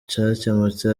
cyakemutse